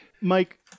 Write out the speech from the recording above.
Mike